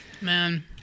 Man